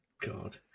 God